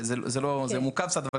זה מורכב קצת,